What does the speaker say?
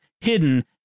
hidden